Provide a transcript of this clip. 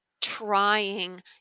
trying